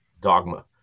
dogma